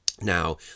now